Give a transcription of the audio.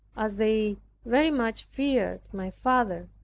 as they very much feared my father,